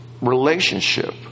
relationship